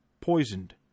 poisoned